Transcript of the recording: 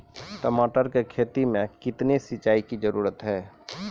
टमाटर की खेती मे कितने सिंचाई की जरूरत हैं?